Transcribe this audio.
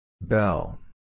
Bell